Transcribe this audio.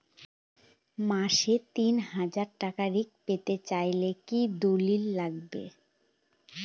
মাসে তিন হাজার টাকা ঋণ পেতে চাইলে কি দলিল লাগবে?